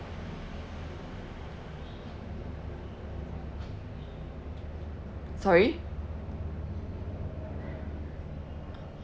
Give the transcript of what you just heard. sorry